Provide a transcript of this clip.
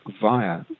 via